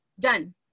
Done